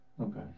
Okay